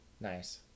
nice